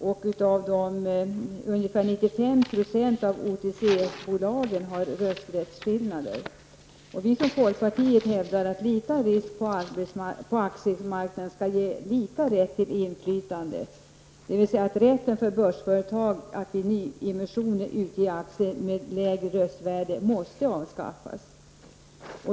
Ungefär 95 % av OTC-bolagen har rösträttsskillnader. Vi från folkpartiet hävdar att lika risk på aktiemarknaden skall ge lika rätt till inflytande. Det betyder att rätten för börsföretag att vid nyemission utge aktier med lägre röstvärde måste avskaffas.